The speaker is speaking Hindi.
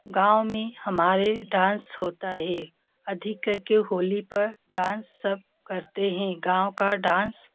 गाँव में हमारे डांस होता है अधिक कर के होली पर डांस सब करते हैं गाँव का डांस